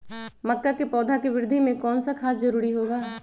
मक्का के पौधा के वृद्धि में कौन सा खाद जरूरी होगा?